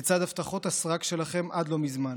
לצד הבטחות הסרק שלכם עד לא מזמן.